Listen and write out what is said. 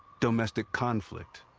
domestic conflict.